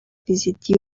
visited